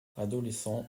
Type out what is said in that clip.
adolescent